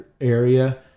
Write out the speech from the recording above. area